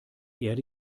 erde